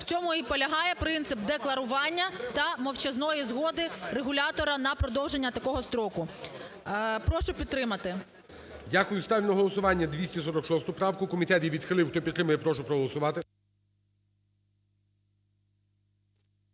В цьому і полягає принцип декларування та мовчазної згоди регулятора на продовження такого строку. Прошу підтримати. ГОЛОВУЮЧИЙ. Дякую. Ставлю на голосування 246 правку, комітет її відхилив. Хто підтримує, прошу проголосувати.